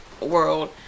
world